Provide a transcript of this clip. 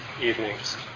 evenings